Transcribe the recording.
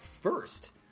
first